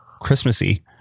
Christmassy